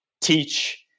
teach